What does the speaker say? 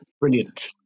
Brilliant